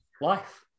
life